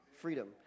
Freedom